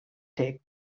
take